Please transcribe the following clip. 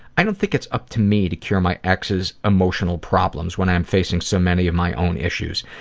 i don't think it's up to me to cure my ex's emotional problems when i am facing so many of my own issues.